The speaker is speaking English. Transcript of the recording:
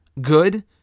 good